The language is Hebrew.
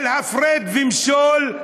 של הפרד ומשול,